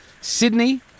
Sydney